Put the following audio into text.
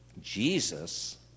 Jesus